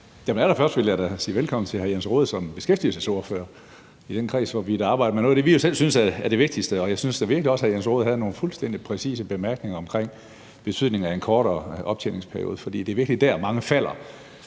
jeg da sige velkommen til hr. Jens Rohde som beskæftigelsesordfører i den kreds, hvor vi arbejder med noget af det, som vi jo selv synes er det vigtigste, og jeg synes da virkelig også, at hr. Jens Rohde havde nogle fuldstændig præcise bemærkninger omkring betydningen af en kortere optjeningsperiode. For det er virkelig der,